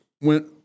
went